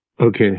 okay